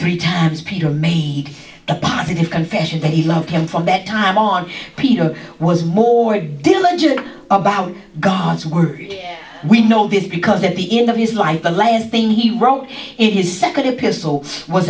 three times peter made a positive confession that he loved him from that time on peter was more diligent about god's word we know this because at the end of his life the latest thing he wrote in his second epistle was